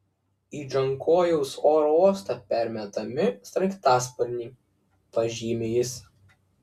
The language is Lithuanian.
į džankojaus oro uostą permetami sraigtasparniai pažymi jis